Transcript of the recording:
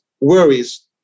worries